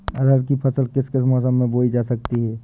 अरहर की फसल किस किस मौसम में बोई जा सकती है?